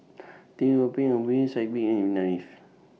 Teo Ho Pin Aw Boon Sidek Bin and Life